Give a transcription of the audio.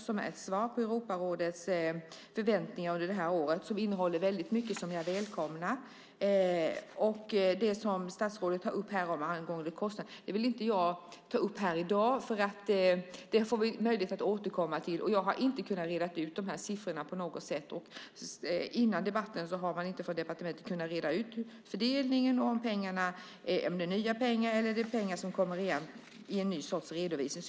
Den är ett svar på Europarådets förväntningar under det här året och innehåller väldigt mycket som jag välkomnar. Men det statsrådet tar upp angående kostnader vill jag inte ta upp här i dag. Det får vi möjlighet att återkomma till. Jag har inte kunnat reda ut de här siffrorna på något sätt. Före debatten har man inte från departementet kunnat reda ut fördelningen av pengarna, om det är nya pengar eller om det är pengar som kommer igen i en ny sorts redovisning.